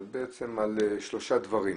בעצם על שלושה דברים.